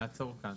נעצור כאן.